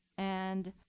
and